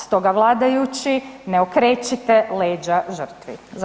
Stoga vladajući, ne okrećite leđa žrtvi.